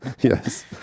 Yes